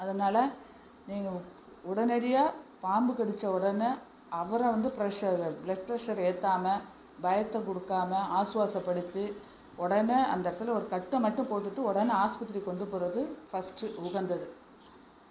அதனால் நீங்கள் உடனடியாக பாம்பு கடித்த உடனே அவரை வந்து ஃப்ரெஸ்ஸர் பிளட் ப்ரெஸ்ஸர் ஏற்றாம பயத்தை கொடுக்காம ஆசுவாசப்படுத்தி உடனே அந்த இடத்துல ஒரு கட்டை மட்டும் போட்டுகிட்டு உடனே ஆஸ்ப்பத்திரிக்கு கொண்டு போகிறது ஃபஸ்ட்டு உகந்தது